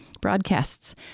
broadcasts